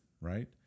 right